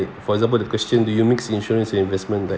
for example the question do you mix insurance and investment